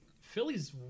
Philly's